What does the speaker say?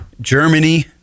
Germany